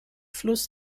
fluss